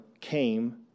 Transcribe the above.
came